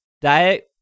diet